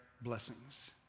blessings